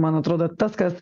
man atrodo tas kas